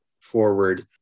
forward